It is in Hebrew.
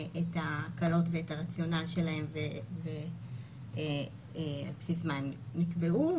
ההקלות ואת הרציונל שלהן ועל בסיס מה הן נקבעו,